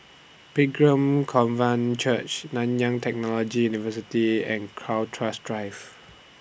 Pilgrim Covenant Church Nanyang Technology University and Crowhurst Drive